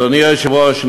אדוני היושב-ראש,